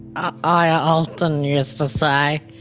i often used to say,